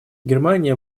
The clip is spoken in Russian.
германия